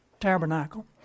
tabernacle